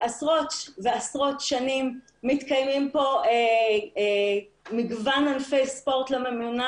עשרות שנים מתקיימים כאן מגוון ענפי זמן,